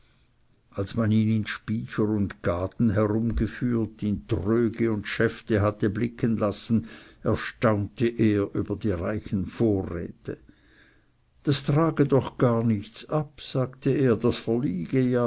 als man ihn in spycher und gaden herumgeführt in tröge und schäfte hatte blicken lassen erstaunte er über die reichen vorräte das trage doch gar nichts ab sagte er das